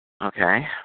Okay